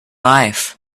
life